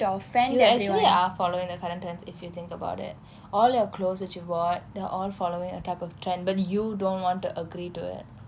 you actually are following the current contents if you think about it all your clothes that you bought they're all following a type of trend but you don't want to agree to it